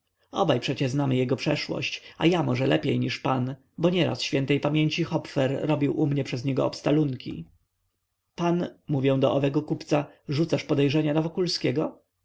obaj przecie znamy jego przeszłość a ja może lepiej niż pan bo nieraz świętej pamięci hopfer robił u mnie przez niego obstalunki pan mówię do owego kupca rzucasz podejrzenia na wokulskiego